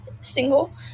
single